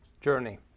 journey